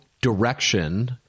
direction